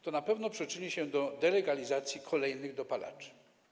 To na pewno przyczyni się do delegalizacji kolejnych dopalaczy.